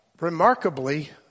remarkably